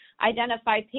identify